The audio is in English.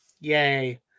Yay